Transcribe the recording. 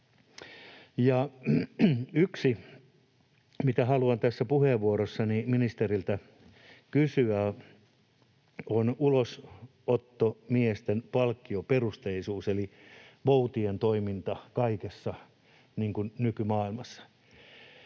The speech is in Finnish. Yksi, mitä haluan tässä puheenvuorossani ministeriltä kysyä, on ulosottomiesten palkkioperusteisuus eli voutien toiminta kaikessa nykymaailmassa.